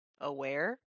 aware